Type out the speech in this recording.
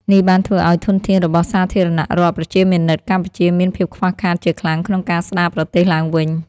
នេះបានធ្វើឱ្យធនធានរបស់សាធារណរដ្ឋប្រជាមានិតកម្ពុជា មានភាពខ្វះខាតជាខ្លាំងក្នុងការស្ដារប្រទេសឡើងវិញ។